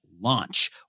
launch